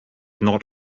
not